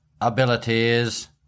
abilities